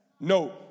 No